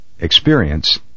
Experience